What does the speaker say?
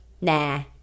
Nah